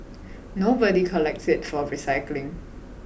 nobody collects it for recycling